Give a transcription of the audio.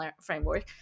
framework